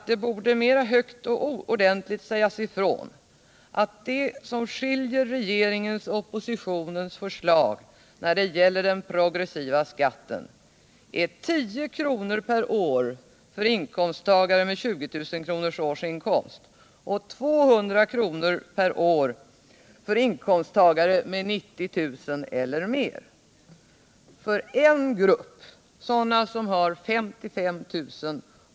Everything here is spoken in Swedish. Det borde mera högt och ordentligt sägas ifrån att vad som skiljer regeringens och oppositionens förslag när det gäller den progressiva skatten är 10 kr. per år för inkomsttagare med 20 000 kronors årsinkomst och 200 kr. per år för inkomsttagare med 90 000 kr. eller mer. För en grupp, sådana som har 55 000 kr.